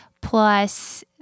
plus